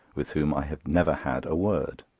with whom i have never had a word.